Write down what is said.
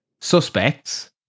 suspects